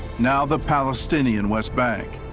now the palestinian west bank.